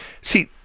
see